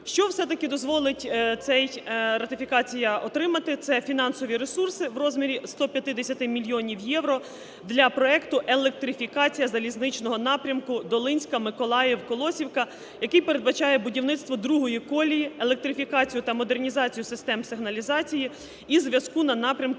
Що все-таки дозволить ця ратифікація отримати? Це і фінансові ресурси в розмірі 150 мільйонів євро для проекту електрифікації залізничного напрямкуДолинська-Миколаїв-Колосівка, який передбачає будівництво другої колії, електрифікацію та модернізацію систем сигналізації і зв'язку на напрямку